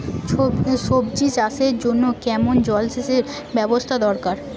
সবজি চাষের জন্য কেমন জলসেচের ব্যাবস্থা দরকার?